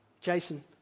Jason